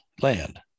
land